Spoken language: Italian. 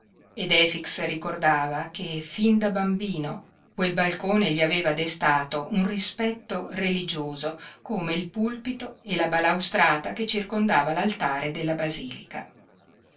ed efix ricordava che fin da bambino quel balcone gli aveva destato un rispetto religioso come il pulpito e la balaustrata che circondava l'altare della basilica